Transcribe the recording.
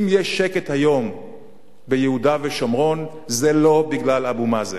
אם יש שקט היום ביהודה ושומרון זה לא בגלל אבו מאזן.